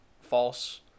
false